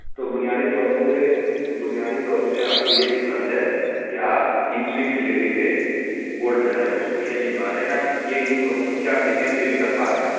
تو بنیادی طور پہ بنیادی طور سے آپ کو یہ دقت ہے کہ آپ ان سوینگ ڈلیوری پہ بولڈ ہو جا رہے ہیں اس کو کھیل نہیں پا رہے ہیں یا یہ یوں کہوں میں کہ آپ ڈیفنس بھی نہیں کر پا رہے ہیں